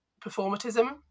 performatism